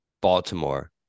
Baltimore